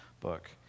book